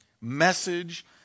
message